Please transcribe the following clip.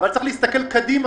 אבל צריך גם להסתכל קדימה.